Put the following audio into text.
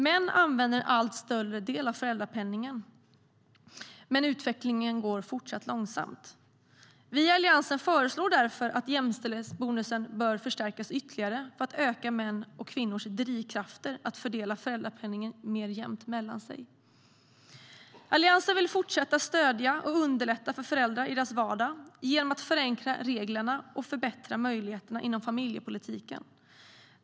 Män använder en allt större del av föräldrapenningen, men utvecklingen går fortsatt långsamt. Vi i Alliansen föreslår därför att jämställdhetsbonusen förstärks ytterligare för att öka mäns och kvinnors drivkrafter att fördela föräldrapenningen mer jämnt mellan sig. Alliansen vill fortsätta att stödja och underlätta för föräldrar i deras vardag genom att förenkla reglerna och förbättra möjligheterna inom familjepolitiken.